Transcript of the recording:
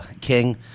king